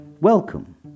Welcome